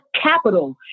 capital